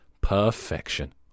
Perfection